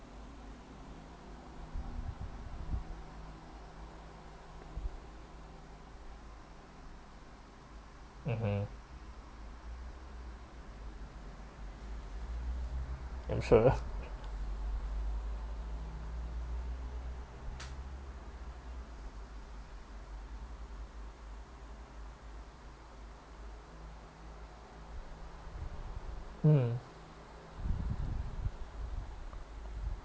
mmhmm are you sure mm